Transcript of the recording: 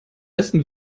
essen